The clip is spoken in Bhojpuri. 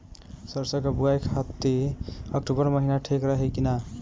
सरसों की बुवाई खाती अक्टूबर महीना ठीक रही की ना?